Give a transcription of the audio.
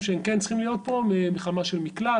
שהם כן צריכים להיות פה מחמה של מקלט,